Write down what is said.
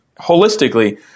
holistically